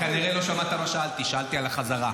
אתה כנראה לא שמעת מה שאלתי, שאלתי על החזרה.